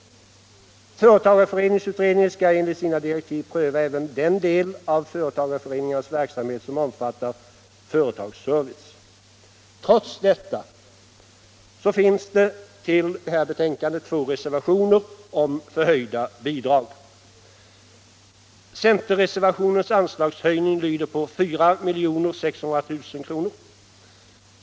Företagareföreningsutredningen skall enligt sina direktiv pröva även den del av företagareföreningarnas verksamhet som omfattar företagsservice. Trots detta finns det vid det här betänkandet två reservationer, nr 3 och 4, om förhöjda bidrag till främjande av sådan service. Centerreservationens förslag till anslagshöjning lyder på 4 600 000 kr.